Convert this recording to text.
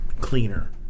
cleaner